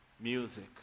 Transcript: music